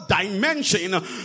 dimension